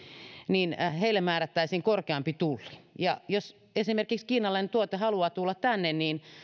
eli heille määrättäisiin korkeampi tulli jos esimerkiksi kiinalainen tuote haluaa tulla tänne niin mietittäisiin että